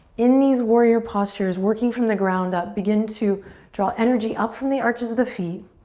in these warrior postures, working from the ground up, begin to draw energy up from the arches of the feet,